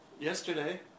yesterday